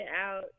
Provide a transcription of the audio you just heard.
out